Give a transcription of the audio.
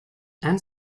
and